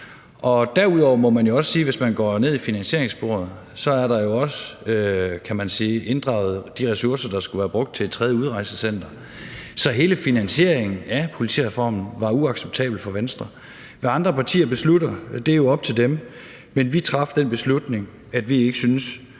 Derudover må man jo også sige, at hvis man går ned i finansieringssporet, kan man se, at der jo er inddraget de ressourcer, der skulle være brugt til et tredje udrejsecenter. Så hele finansieringen af politireformen var uacceptabel for Venstre. Hvad andre partier beslutter, er jo op til dem, men vi traf den beslutning, at vi ikke syntes,